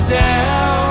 down